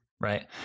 right